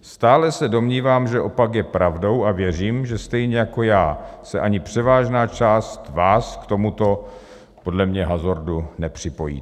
Stále se domnívám, že opak je pravdou a věřím, že stejně jako já se ani převážná část vás k tomuto podle mě hazardu nepřipojí.